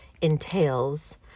entails